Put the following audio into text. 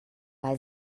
weil